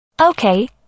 Okay